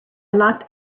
locked